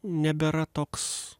nebėra toks